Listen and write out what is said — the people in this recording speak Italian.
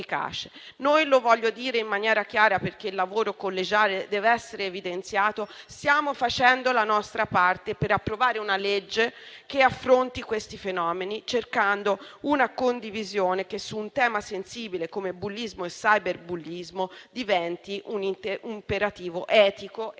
Voglio dire in maniera chiara, perché il lavoro collegiale deve essere evidenziato che noi stiamo facendo la nostra parte per approvare una legge che affronti questi fenomeni, cercando una condivisione che su un tema sensibile come bullismo e cyberbullismo diventi un imperativo etico e non